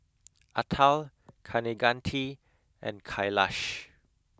Atal Kaneganti and Kailash